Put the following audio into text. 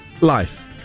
life